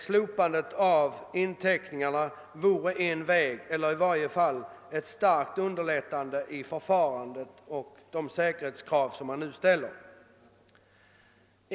Slopandet av inteckningarna vore en väg att gå; i varje fall skulle det starkt underlätta förfarandet.